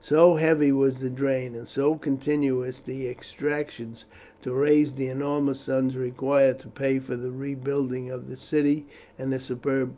so heavy was the drain, and so continuous the exactions to raise the enormous sums required to pay for the rebuilding of the city and the superb